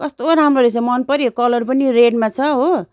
कस्तो राम्रो रहेछ मन पऱ्यो कलर पनि रेडमा छ हो